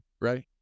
right